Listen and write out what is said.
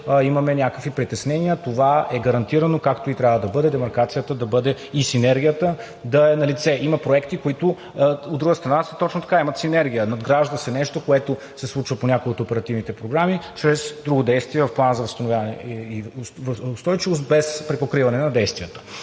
имаме някакви притеснения. Това е гарантирано, както и трябва да бъде, демаркацията и синергията да са налице. Има проекти, които, от друга страна, са точно така – имат синергия – надгражда се нещо, което се случва по някои от оперативните програми чрез друго действие в Плана за възстановяване и устойчивост, без припокриване на действията.